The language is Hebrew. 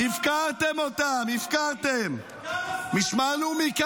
כמה זמן עיכבת את המשמר הלאומי?